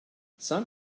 some